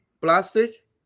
plastic